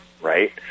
right